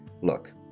Look